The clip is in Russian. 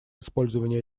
использования